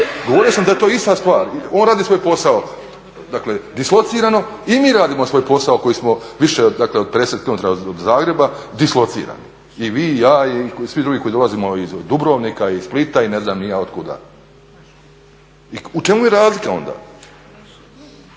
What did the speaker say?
Govorio sam da je to ista stvar. On radi svoj posao, dislocirano, i mi radimo svoj posao koji smo više od 50km od Zagreba dislocirani i vi i ja i svi drugi koji dolazimo iz Dubrovnika iz Splita i ne znam ni ja od kuda. U čemu je razlika?